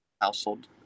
household